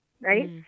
right